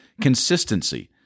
consistency